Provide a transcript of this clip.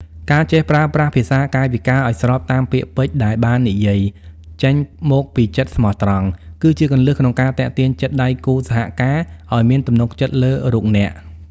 ការចេះប្រើប្រាស់ភាសាកាយវិការឱ្យស្របតាមពាក្យពេចន៍ដែលបាននិយាយ ចេញមកពីចិត្តស្មោះត្រង់ គឺជាគន្លឹះក្នុងការទាក់ទាញចិត្តដៃគូសហការឱ្យមានទំនុកចិត្តលើរូបអ្នក។